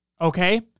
okay